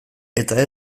eta